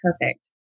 Perfect